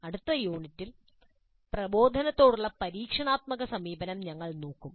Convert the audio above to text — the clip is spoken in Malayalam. അടുത്ത യൂണിറ്റിൽ പ്രബോധനത്തോടുള്ള പരീക്ഷണാത്മക സമീപനം ഞങ്ങൾ നോക്കും